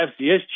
FCS